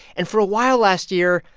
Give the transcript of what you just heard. and for a while last year,